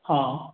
हँ